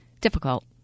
difficult